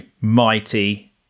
mighty